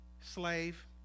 Slave